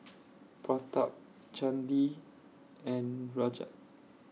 Pratap Chandi and Rajat